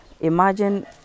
Imagine